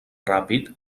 ràpid